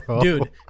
dude